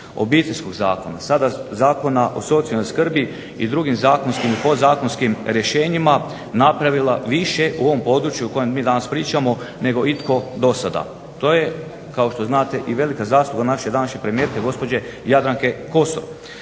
Obiteljskog zakona, Zakona o socijalnoj skrbi, i drugim zakonskim i podzakonskim rješenjima napravila više u ovom području o kojem mi danas pričamo, nego itko do sada. To je kao što znate i velika zasluga naše današnje premijerke gospođe Jadranke Kosor.